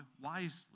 wisely